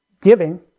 giving